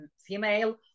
female